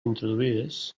introduïdes